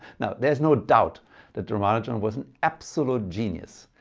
now there's no doubt that ramanujan was an absolute genius.